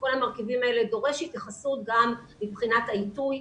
כל המרכיבים האלה דורש התייחסות גם מבחינת העיתוי.